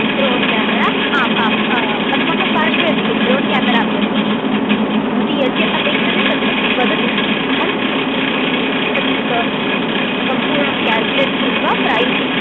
drone camera आम् आम् अस्माकं पार्श्वे अस्ति ड्रोण् क्यामेर अपि अस्ति भवती यद्यद् अपेक्षते तत् तत् वदतु अहं तत् सम्पूर्णं क्याल्केट् कृत्वा प्रैज़्